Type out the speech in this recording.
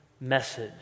message